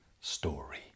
story